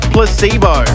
Placebo